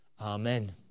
Amen